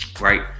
Right